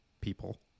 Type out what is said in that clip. people